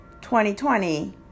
2020